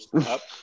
up